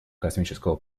космического